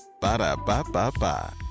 Ba-da-ba-ba-ba